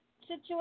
situation